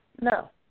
No